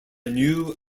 new